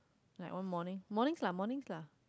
like one morning morning lah morning lah